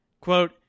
Quote